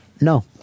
No